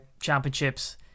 Championships